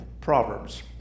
proverbs